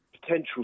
potential